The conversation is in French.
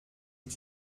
est